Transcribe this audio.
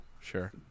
Sure